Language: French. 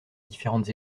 différentes